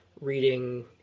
reading